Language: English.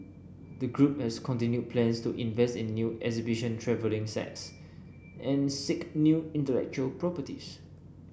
the group has continued plans to invest in new exhibition travelling sets and seek new intellectual properties